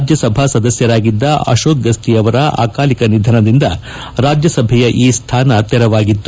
ರಾಜ್ಯಸಭಾ ಸದಸ್ತರಾಗಿದ್ದ ಅಶೋಕ್ ಗಸ್ನಿ ಅವರ ಅಕಾಲಿಕ ನಿಧನದಿಂದ ರಾಜ್ಞಸಭೆಯ ಈ ಸ್ಥಾನ ತೆರವಾಗಿತ್ತು